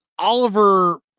Oliver